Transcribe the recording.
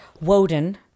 Woden